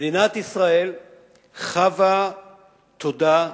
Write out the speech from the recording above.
מדינת ישראל חבה תודה,